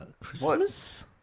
Christmas